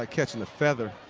like catching a feather.